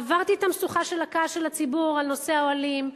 עברתי את המשוכה של הכעס של הציבור על נושא האוהלים,